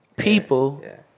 People